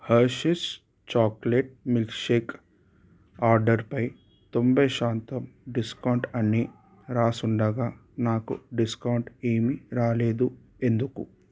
Hershey's chocolate milk shake ఆర్డరుపై తొంభై శాతం డిస్కౌంట్ అని రాసుండగా నాకు డిస్కౌంట్ ఏమీ రాలేదు ఎందుకు